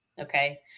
okay